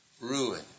ruin